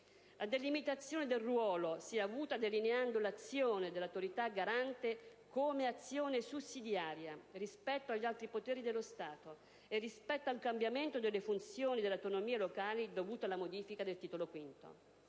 La delimitazione del ruolo si è avuta delineando l'azione dell'Autorità garante come azione sussidiaria rispetto agli altri poteri dello Stato e rispetto a un cambiamento delle funzioni delle autonomie locali dovuto alla modifica del titolo V.